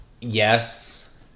yes